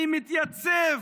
אני מתייצב,